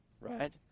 right